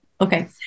Okay